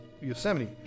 Yosemite